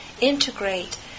integrate